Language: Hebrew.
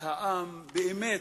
בית העם,